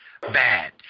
Bad